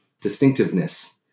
distinctiveness